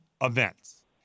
events